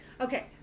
Okay